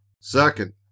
Second